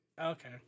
Okay